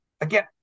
Again